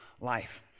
life